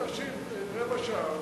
בסדר, נו, תשיב רבע שעה.